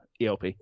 ELP